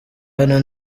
hano